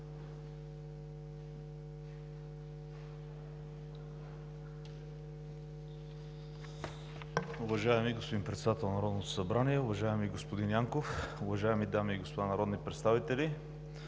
Уважаеми господин Председател на Народното събрание, уважаеми господин Янков, уважаеми дами и господа народни представители!